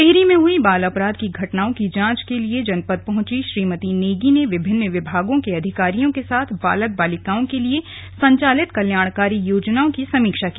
टिहरी में हुई बाल अपराध की घटनाओं की जांच के लिए जनपद पहुंची श्रीमती नेगी ने विभिन्न विभागों के अधिकारियों के साथ बालक बालिकाओं के लिए संचालित कल्याणकारी योजनाओं की समीक्षा की